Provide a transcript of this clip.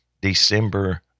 December